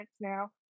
now